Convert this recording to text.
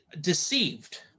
Deceived